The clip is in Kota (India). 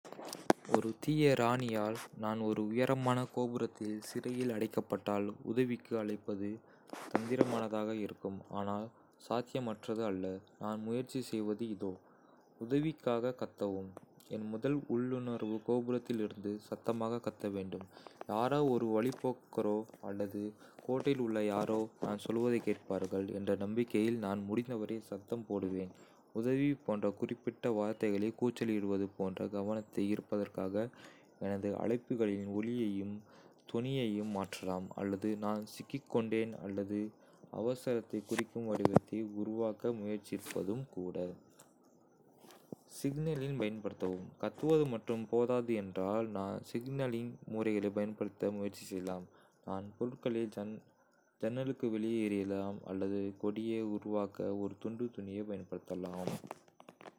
ஒரு தீய ராணியால் நான் ஒரு உயரமான கோபுரத்தில் சிறையில் அடைக்கப்பட்டால், உதவிக்கு அழைப்பது தந்திரமானதாக இருக்கும், ஆனால் சாத்தியமற்றது அல்ல. நான் முயற்சி செய்வது இதோ. உதவிக்காக கத்தவும். என் முதல் உள்ளுணர்வு கோபுரத்திலிருந்து சத்தமாக கத்த வேண்டும். யாரோ ஒரு வழிப்போக்கரோ அல்லது கோட்டையில் உள்ள யாரோ நான் சொல்வதைக் கேட்பார்கள் என்ற நம்பிக்கையில் நான் முடிந்தவரை சத்தம் போடுவேன். உதவ போன்ற குறிப்பிட்ட வார்த்தைகளைக் கூச்சலிடுவது போன்ற கவனத்தை ஈர்ப்பதற்காக எனது அழைப்புகளின் ஒலியையும் தொனியையும் மாற்றலாம். அல்லது "நான் சிக்கிக்கொண்டேன். அல்லது அவசரத்தைக் குறிக்கும் வடிவத்தை உருவாக்க முயற்சிப்பதும் கூட. சிக்னலிங் பயன்படுத்தவும். கத்துவது மட்டும் போதாது என்றால், நான் சிக்னலிங் முறைகளைப் பயன்படுத்த முயற்சி செய்யலாம். நான் பொருட்களை ஜன்னலுக்கு வெளியே எறியலாம் அல்லது கொடியை உருவாக்க ஒரு துண்டு துணியைப் பயன்படுத்தலாம்.